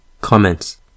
Comments